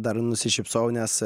dar nusišypsojau nes